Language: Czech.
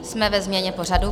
Jsme ve změně pořadu.